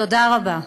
תודה רבה.